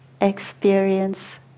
experience